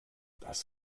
das